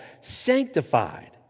sanctified